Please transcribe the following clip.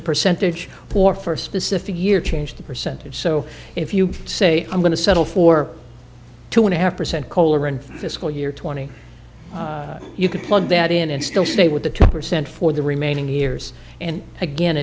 the percentage or for a specific year change the percentage so if you say i'm going to settle for two and a half percent koehler in fiscal year twenty you could plug that in and still stay with the two percent for the remaining years and again